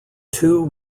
two